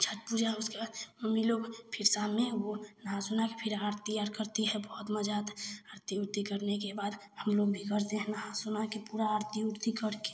छठ पूजा उसके बाद मम्मी लोग फिर शाम में वह नहा सुना के फिर आरती आर करती है बहुत मज़ा आता है आरती उरती करने के बाद हम लोग भी घर से नहा सुना के पूरा आरती उरती कर के